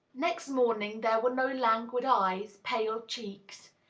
next morning there were no languid eyes, pale cheeks.